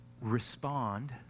respond